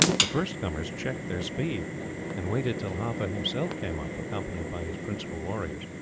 the first comers checked their speed and waited till haffa himself came up, accompanied by his principal warriors.